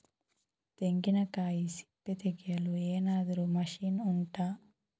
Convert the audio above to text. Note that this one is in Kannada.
ತೆಂಗಿನಕಾಯಿ ಸಿಪ್ಪೆ ತೆಗೆಯಲು ಏನಾದ್ರೂ ಮಷೀನ್ ಉಂಟಾ